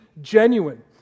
genuine